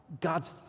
God's